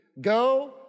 Go